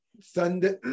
sunday